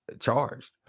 charged